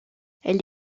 elle